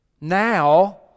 Now